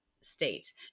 state